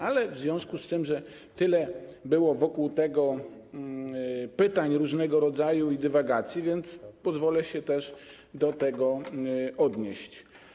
Ale w związku z tym, że tyle było wokół tego pytań różnego rodzaju i dywagacji, pozwolę sobie też do tego się odnieść.